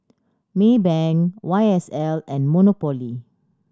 Maybank Y S L and Monopoly